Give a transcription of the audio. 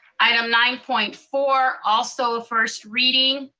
item nine point four, also a first reading.